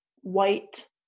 white